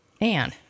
Anne